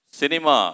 cinema